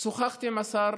שוחחתי עם השר